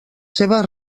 seves